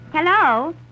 Hello